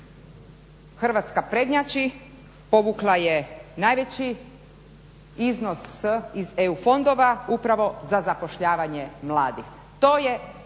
Hrvatska prednjači, povukla je najveći iznos iz EU fondova upravo za zapošljavanje mladih.